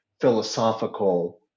philosophical